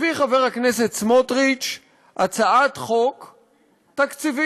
הביא חבר הכנסת סמוטריץ הצעת חוק תקציבית,